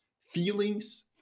feelings